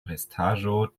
restaĵo